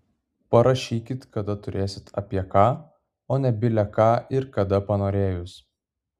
parašykit kada turėsit apie ką o ne bile ką ir kada panorėjus